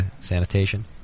sanitation